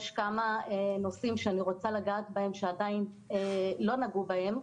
יש מספר נושאים שאני רוצה לגעת בהם שעדיין לא נגעו בהם,